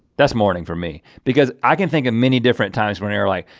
that's morning for me, because i can think of many different times when they're like,